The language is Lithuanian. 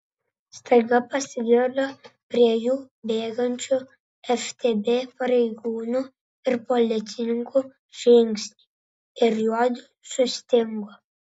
staiga pasigirdo prie jų bėgančių ftb pareigūnų ir policininkų žingsniai ir juodu sustingo